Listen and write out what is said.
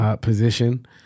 position